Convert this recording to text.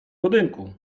budynku